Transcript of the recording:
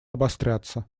обостряться